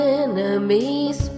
enemies